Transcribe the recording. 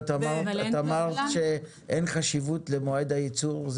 אבל את אמרת שאין חשיבות למועד הייצור.